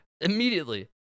immediately